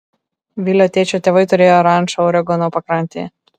vilio tėčio tėvai turėjo rančą oregono pakrantėje